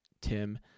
Tim